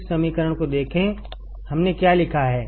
इस समीकरण में देखेंहमने क्या लिखा है